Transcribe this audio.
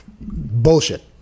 Bullshit